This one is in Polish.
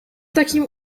takim